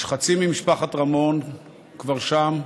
חצי ממשפחת רמון כבר שם,